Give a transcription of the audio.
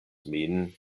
min